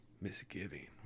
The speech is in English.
misgiving